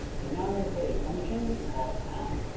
and then now i'm going to create a function and call it app.